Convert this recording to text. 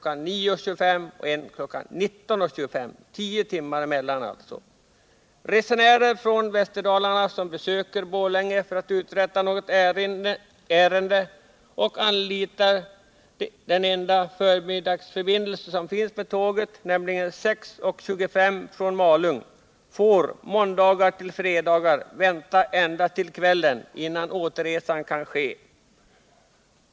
9.25 och en kl. 19.25. Det är således tio timmar mellan dem. Resenärer från Västerdalarna som besöker Borlänge och anlitar det enda förmiddagståg som avgår, nämligen 6.25 från Malung, får måndagar-fredagar vänta ända till kvällen innan återresan kan ske.